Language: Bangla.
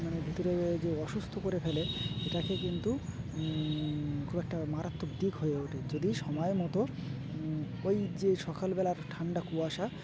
মানে ভিতরে যে অসুস্থ করে ফেলে এটাকে কিন্তু খুব একটা মারাত্মক দিক হয়ে ওঠে যদি সময় মতো ওই যে সকালবেলার ঠান্ডা কুয়াশা